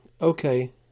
okay